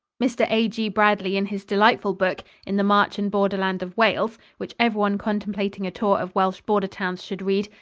mr. a g. bradley, in his delightful book, in the march and borderland of wales, which everyone contemplating a tour of welsh border towns should read,